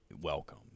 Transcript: Welcome